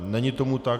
Není tomu tak.